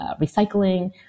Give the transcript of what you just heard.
recycling